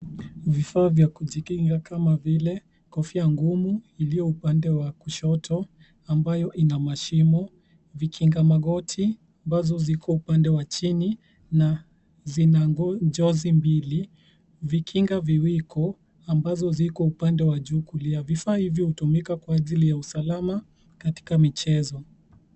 Vifaa vya kujikinga kama vile kofia ngumu iliyo upande wa kushoto ambayo ina mashimo, vikinga magoti ambazo ziko upande wa chini na zina jozi mbili, vikinga viwiko ambazo ziko upande wa juu kulia. Vifaa hivyo hutumika kwa ajili ya usalama katika michezo.